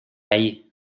ahí